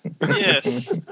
Yes